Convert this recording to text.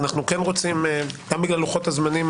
כי אנחנו כן רוצים גם בגלל לוחות הזמנים